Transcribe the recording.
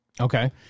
Okay